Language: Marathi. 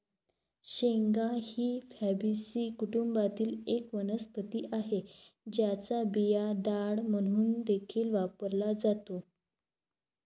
शेंगा ही फॅबीसी कुटुंबातील एक वनस्पती आहे, ज्याचा बिया डाळ म्हणून देखील वापरला जातो